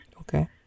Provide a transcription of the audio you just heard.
Okay